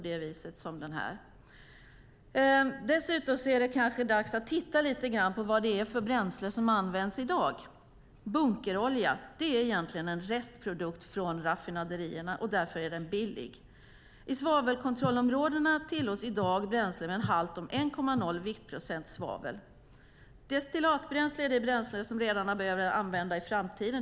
Det kanske är dags att titta på det bränsle som används i dag. Bunkerolja är egentligen en restprodukt från raffinaderierna, och därför är den billig. I svavelkontrollområdena tillåts i dag bränslen med en halt om 1,0 viktprocent svavel. Destillatbränsle är det bränsle som redarna behöver använda i framtiden.